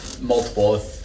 multiple